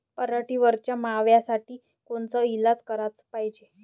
पराटीवरच्या माव्यासाठी कोनचे इलाज कराच पायजे?